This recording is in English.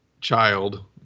Child